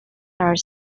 are